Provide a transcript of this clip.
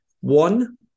one